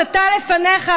הסתה לפניך",